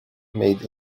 made